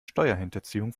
steuerhinterziehung